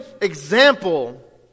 example